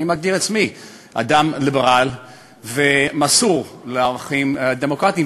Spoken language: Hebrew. מגדיר עצמי אדם ליברל ומסור לערכים דמוקרטיים,